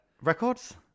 Records